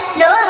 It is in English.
no